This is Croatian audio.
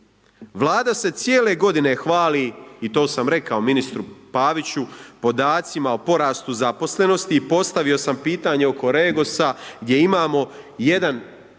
Vlada se cijele godine hvali i to sam rekao ministru Paviću podacima o porastu zaposlenosti i postavio sam pitanje oko Regosa gdje imamo jedan,